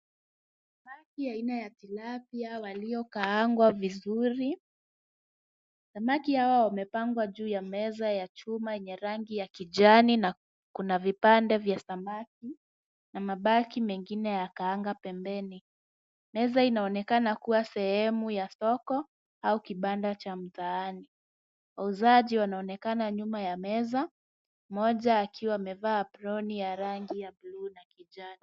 Samaki aina ya tilapia waliokaangwa vizuri. Samaki hawa wamepangwa juu ya meza ya chuma yenye rangi ya kijani na kuna vipande vya samaki na mabaki mengine yakaanga pembeni. Meza inaonekana kuwa sehemu ya soko au kibanda cha mtaani. Wauzaji wanaonekana nyuma ya meza mmoja akiwa amevaa aproni ya rangi ya bluu na kijani.